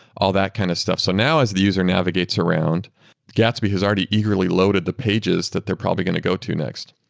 all that kind of stuff. so now as the user navigates around gatsby who has already eagerly loaded the pages that they're probably going to go to next.